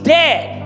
dead